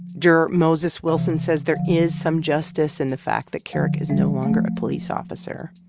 juror moses wilson says there is some justice in the fact that kerrick is no longer a police officer.